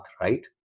right